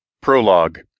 Prologue